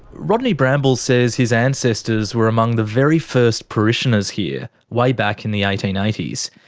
rodney bramble says his ancestors were among the very first parishioners here, way back in the eighteen eighty s.